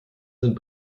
sind